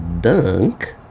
dunk